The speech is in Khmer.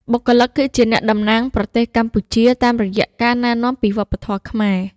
បុគ្គលិកគឺជាអ្នកតំណាងរបស់ប្រទេសកម្ពុជា តាមរយះការណែនាំពីវប្បធម៌ខ្មែរ។